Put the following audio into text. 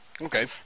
Okay